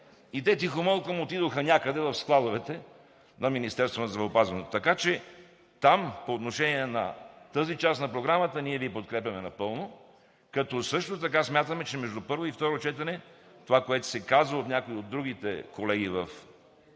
и те тихомълком отидоха някъде в складовете на Министерството на здравеопазването. Така че по отношение на тази част от Програмата ние Ви подкрепяме напълно, като също така смятаме, че между първо и второ четене, както се каза от някои други колеги в